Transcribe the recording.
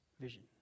vision